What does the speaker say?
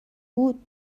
بود